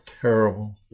terrible